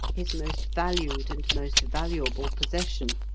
his most valued and most valuable possession.